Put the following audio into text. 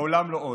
לעולם לא עוד.